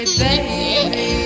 baby